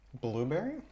blueberry